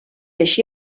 així